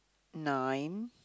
nine